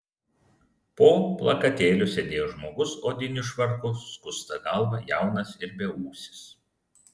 po plakatėliu sėdėjo žmogus odiniu švarku skusta galva jaunas ir beūsis